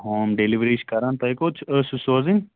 home delivery چھِ کران تۄہہِ کوٚت ٲسٕو سوزٕنۍ